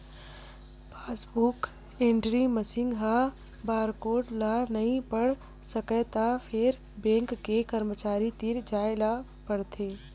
passbook entry machine ह barcode ल नइ पढ़ सकय त फेर बेंक के करमचारी तीर जाए ल परथे